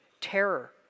terror